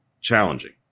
challenging